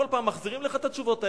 כל פעם מחזירים לך את התשובות האלה,